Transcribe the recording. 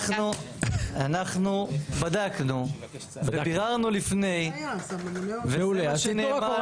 אנחנו בדקנו וביררנו לפני וזה מה שנאמר לנו.